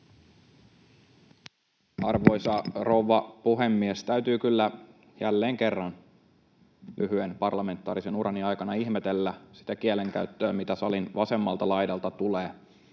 Arvoisa rouva puhemies! Täytyy kyllä jälleen kerran lyhyen parlamentaarisen urani aikana ihmetellä sitä kielenkäyttöä, mitä salin vasemmalta laidalta tulee.